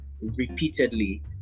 repeatedly